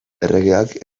erregeak